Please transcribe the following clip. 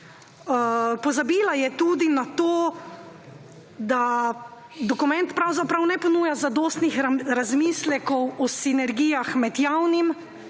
Pozabila je tudi na to, da dokument pravzaprav ne ponuja zadostnih razmislekov o sinergijah med javnim,